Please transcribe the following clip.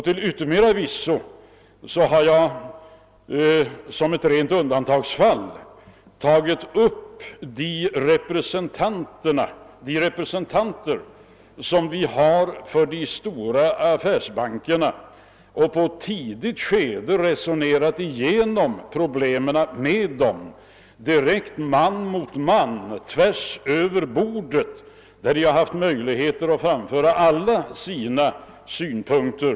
Till yttermera visso har jag som ett rent undantagsfall tagit upp representanter för de stora affärsbankerna och i ett tidigt skede resonerat igenom problemen med dem, direkt man mot man, tvärsöver bordet, där de har haft möjligheter att framföra alla sina synpunkter.